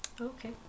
Okay